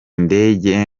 ndege